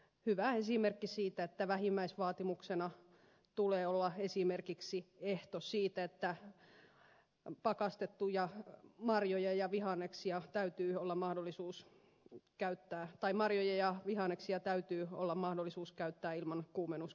hyvä esimerkki on että vähimmäisvaatimuksena tulee olla esimerkiksi ehto siitä että marjoja ja vihanneksia täytyy olla mahdollisuus on käyttää tai marjoja vihanneksia täytyy olla mahdollisuus käyttää ilman kuumennuskäsittelyä